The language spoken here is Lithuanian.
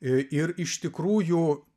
ir iš tikrųjų